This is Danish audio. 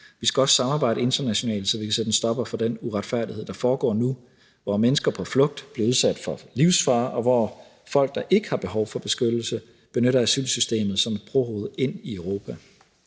Vi skal også samarbejde internationalt, så vi kan sætte en stopper for den uretfærdighed, der foregår nu, hvor mennesker på flugt bliver udsat for livsfare, og hvor folk, der ikke har behov for beskyttelse, benytter asylsystemet som et brohoved ind i Europa.